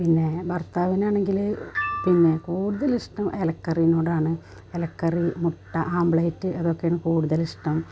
പിന്നേ ഭർത്താവിനാണെങ്കിൽ പിന്നെ കൂടുതലിഷ്ടം ഇലക്കറീനോടാണ് ഇലക്കറി മുട്ട ആമ്പ്ലേറ്റ് ഇതൊക്കെയാണ് കൂടുതലിഷ്ടം